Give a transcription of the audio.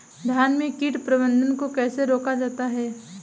धान में कीट प्रबंधन को कैसे रोका जाता है?